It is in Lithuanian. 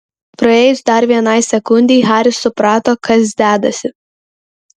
praėjus dar vienai sekundei haris suprato kas dedasi